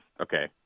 okay